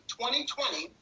2020